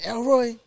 Elroy